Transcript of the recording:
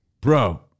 Bro